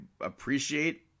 appreciate